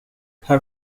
her